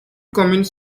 communes